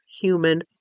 human